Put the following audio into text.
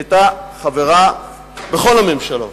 היא היתה חברה בכל הממשלות.